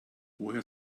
woher